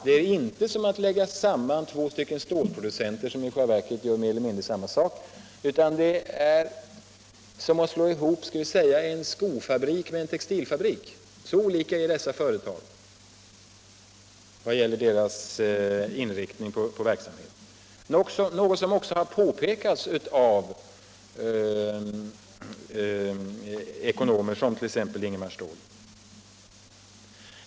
Det — strin är inte nu fråga om en åtgärd motsvarande en sammanläggning av t.ex. två stålproducenter, som i själva verket mer eller mindre har likadan verksamhet, utan det är i stället jämförbart med att t.ex. slå ihop en skofabrik med en textilfabrik. Så olika är dessa företags verksamhetsinriktning, något som också har påpekats av ekonomer som t.ex. Ingemar Ståhl.